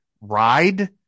ride